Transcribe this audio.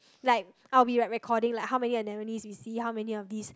like I'll be like recording how like many anemones we see how many of this